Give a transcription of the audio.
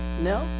No